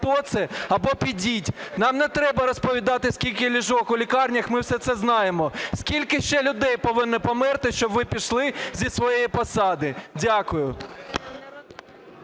хто це або підіть. Нам не треба розповідати, скільки ліжок у лікарнях, ми все це знаємо. Скільки ще людей повинно померти, щоб ви пішли зі своєї посади? Дякую.